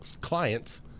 clients